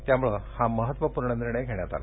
त्यामुळे हा महात्वूर्ण निर्णय घेण्यात आला